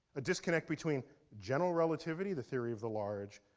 a disconnect between general relativity, the theory of the large,